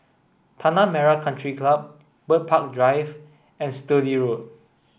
Tanah Merah Country Club Bird Park Drive and Sturdee Road